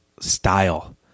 style